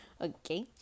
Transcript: Okay